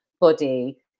body